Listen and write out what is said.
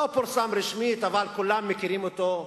לא פורסם רשמית, אבל כולם מכירים אותו,